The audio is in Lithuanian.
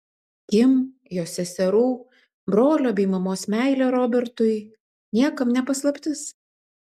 kim jos seserų brolio bei mamos meilė robertui niekam ne paslaptis